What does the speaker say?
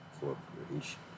Corporation